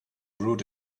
brewed